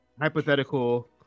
hypothetical